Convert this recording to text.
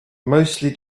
mostly